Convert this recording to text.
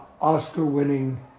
Oscar-winning